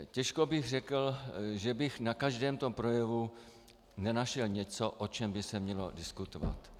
Těžko bych řekl, že bych na každém tom projevu nenašel něco, o čem by se mělo diskutovat.